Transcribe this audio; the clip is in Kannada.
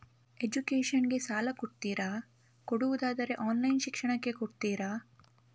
ಎಜುಕೇಶನ್ ಗೆ ಸಾಲ ಕೊಡ್ತೀರಾ, ಕೊಡುವುದಾದರೆ ಆನ್ಲೈನ್ ಶಿಕ್ಷಣಕ್ಕೆ ಕೊಡ್ತೀರಾ?